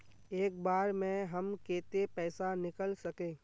एक बार में हम केते पैसा निकल सके?